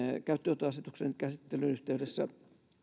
käyttöönottoasetuksen käsittelyn yhteydessä